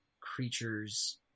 creatures